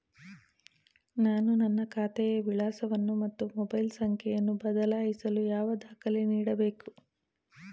ನಾನು ನನ್ನ ಖಾತೆಯ ವಿಳಾಸವನ್ನು ಮತ್ತು ಮೊಬೈಲ್ ಸಂಖ್ಯೆಯನ್ನು ಬದಲಾಯಿಸಲು ಯಾವ ದಾಖಲೆ ನೀಡಬೇಕು?